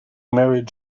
married